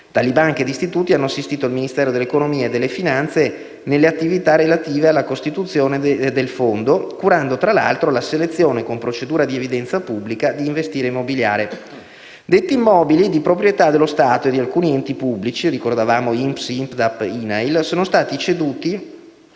Tali banche ed istituti hanno assistito il Ministero dell'economia e delle finanze nelle attività relative alla costituzione del fondo, curando, tra l'altro, la selezione, con procedura di evidenza pubblica, di "Investire immobiliare". Detti immobili, di proprietà dello Stato e di alcuni enti pubblici (INPS, INPDAP, INAIL), sono stati ceduti